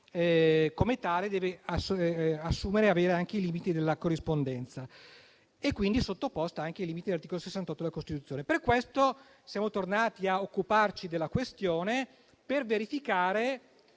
come tale, deve avere anche i limiti della corrispondenza e quindi essere sottoposto anche ai limiti previsti all'articolo 68 della Costituzione. Per questo siamo tornati a occuparci della questione per verificare